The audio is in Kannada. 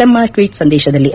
ತಮ್ಮ ಟ್ವೀಟ್ ಸಂದೇಶದಲ್ಲಿ